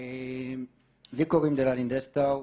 לי קוראים דללין דסטאו,